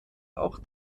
auch